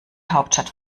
hauptstadt